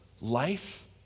life